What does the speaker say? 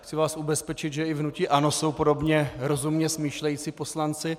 Chci vás ubezpečit, že i v hnutí ANO jsou podobně rozumně smýšlející poslanci.